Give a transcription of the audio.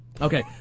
Okay